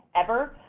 ever.